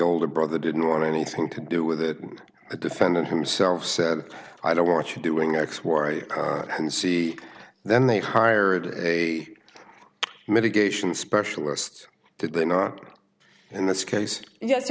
older brother didn't want anything to do with it and the defendant himself said i don't want you doing x y and c then they hired a medication specialist did they not in this case y